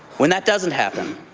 when that doesn't happen,